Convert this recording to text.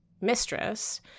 mistress